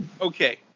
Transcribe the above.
Okay